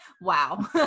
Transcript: Wow